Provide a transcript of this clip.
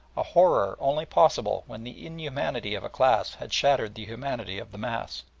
a horror only possible when the inhumanity of a class had shattered the humanity of the mass.